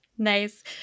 Nice